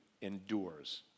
endures